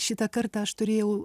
šitą kartą aš turėjau